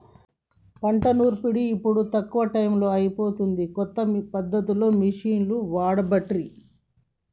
పంట నూర్పిడి ఇప్పుడు తక్కువ టైములో అయిపోతాంది, కొత్త పద్ధతులు మిషిండ్లు వాడబట్టిరి